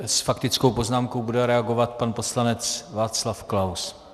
S faktickou poznámkou bude reagovat pan poslanec Václav Klaus.